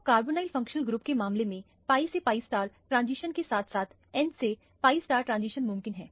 तो carbonyl functional group के मामले में pi से pi ट्रांजिशन के साथ साथ n से pi ट्रांजिशन मुमकिन है